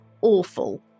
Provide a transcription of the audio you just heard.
awful